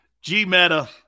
G-Meta